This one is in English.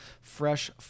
fresh